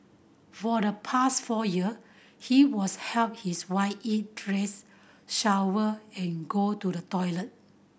for the past four year he was helped his wife eat dress shower and go to the toilet